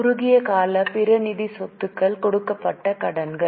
குறுகிய கால பிற நிதி சொத்துக்கள் கொடுக்கப்பட்ட கடன்கள்